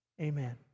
Amen